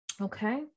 Okay